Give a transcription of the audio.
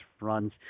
runs